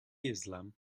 islam